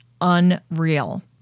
unreal